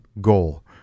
goal